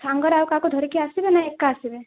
ସାଙ୍ଗରେ ଆଉ କାହାକୁ ଧରିକି ଆସିବେ ନା ଏକା ଆସିବେ